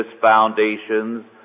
foundations